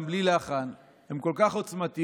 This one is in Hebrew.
גם בלי לחן, כל כך עוצמתיות